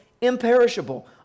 Imperishable